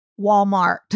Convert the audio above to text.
Walmart